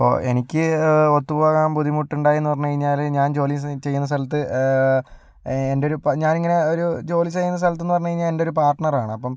ഇപ്പോൾ എനിക്ക് ഒത്ത് പോകാൻ ബുദ്ധിമുട്ടുണ്ടായി എന്ന് പറഞ്ഞു കഴിഞ്ഞാല് ഞാൻ ജോലി ചെയ്യുന്ന സ്ഥലത്ത് എൻ്റെ ഒരു പരി ഞാൻ ഇങ്ങനെ ഒരു ജോലി ചെയ്യുന്ന സ്ഥലത്ത് എന്ന് പറഞ്ഞു കഴിഞ്ഞാൽ എൻ്റെ ഒരു പാർട്ണറാണ് അപ്പം